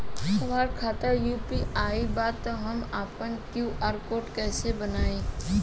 हमार खाता यू.पी.आई बा त हम आपन क्यू.आर कोड कैसे बनाई?